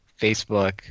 Facebook